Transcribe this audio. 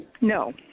No